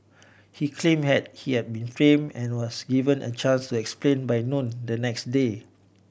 he claim had he had been and was given a chance to explain by noon the next day